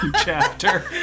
chapter